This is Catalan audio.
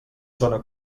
zona